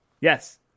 Yes